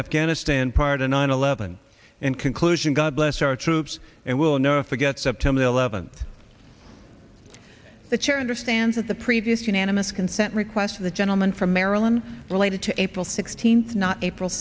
afghanistan prior to nine eleven in conclusion god bless our troops and will never forget september eleven the chair in the stands at the previous unanimous consent request the gentleman from maryland related to april sixteenth not april